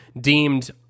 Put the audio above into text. deemed